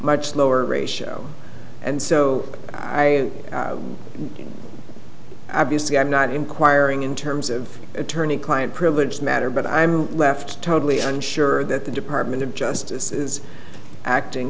much lower ratio and so i obviously am not inquiring in terms of attorney client privilege matter but i am left totally unsure that the department of justice is acting